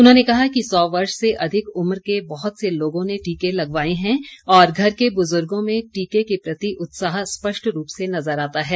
उन्होंने कहा कि सौ वर्ष से अधिक उम्र के बहुत से लोगों ने टीके लगवाये हैं और घर के बुजुर्गो में टीके के प्रति उत्साह स्पष्ट रूप से नजर आता है